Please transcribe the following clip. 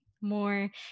more